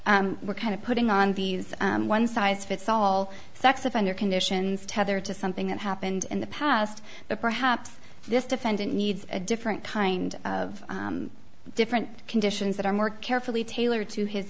we're kind of putting on these one size fits all sex offender conditions tethered to something that happened in the past that perhaps this defendant needs a different kind of different conditions that are more carefully tailored to his